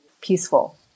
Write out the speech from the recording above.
peaceful